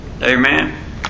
Amen